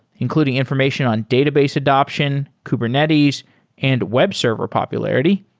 including information on database adaption, kubernetes and web server popularity.